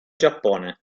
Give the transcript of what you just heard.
giappone